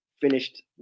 finished